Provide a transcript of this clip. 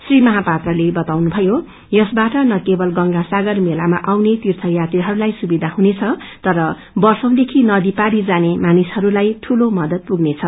श्री महापात्रले भन्नुषयो यसबाट न केवल गंगासागर मेलामा आउने तीय यात्रीहस्लाई सुविधा हुनेछ तर वर्षीदेखि नदी परी जाने मानिसहस्लाई मदद पनि पुग्नेछ